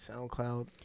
SoundCloud